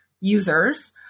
users